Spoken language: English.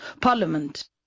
Parliament